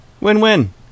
Win-win